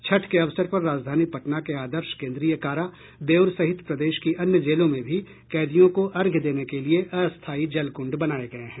छठ के अवसर पर राजधानी पटना के आदर्श केन्द्रीय कारा बेउर सहित प्रदेश की अन्य जेलों में भी कैदियों को अर्घ्य देने के लिए अस्थायी जलकुंड बनाए गए हैं